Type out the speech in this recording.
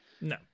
No